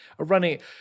running